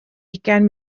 ugain